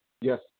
Yes